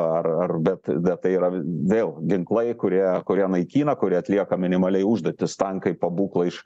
ar ar bet bet tai yra vėl ginklai kurie kurie naikina kuri atlieka minimaliai užduotis tankai pabūklai iš